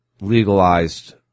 legalized